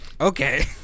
Okay